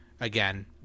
Again